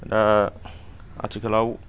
दा आथिखालाव